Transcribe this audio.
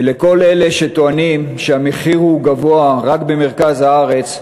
ולכל אלה שטוענים שהמחיר גבוה רק במרכז הארץ,